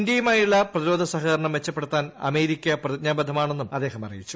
ഇന്ത്യയുമായുള്ള പ്രതിരോധ സഹകരണം മെച്ചപ്പെടുത്താൻ അമേരിക്ക പ്രതിജ്ഞാബദ്ധമാണെന്നും അദ്ദേഹം അറിയിച്ചു